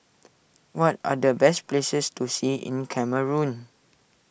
what are the best places to see in Cameroon